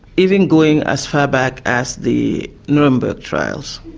even going as far back as the nuremberg trials,